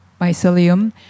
mycelium